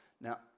Now